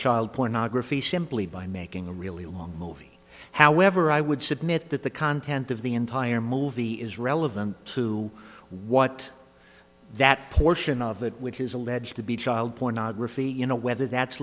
child pornography simply by making a really long movie however i would submit that the content of the entire movie is relevant to what that portion of it which is alleged to be child pornography you know whether that's